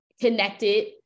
connected